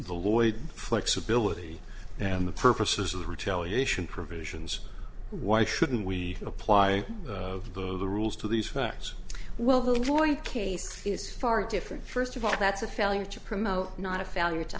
the lawyer flexibility and the purposes of the retaliation provisions why shouldn't we apply the rules to these facts well the boy case is far different first of all that's a failure to promote not a failure to